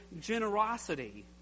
generosity